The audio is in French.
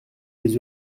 des